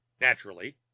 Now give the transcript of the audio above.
Naturally